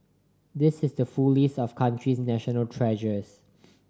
this is the full list of country's national treasures